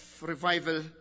revival